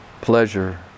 pleasure